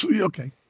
okay